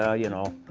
ah you know,